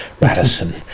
Radisson